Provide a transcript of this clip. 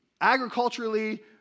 agriculturally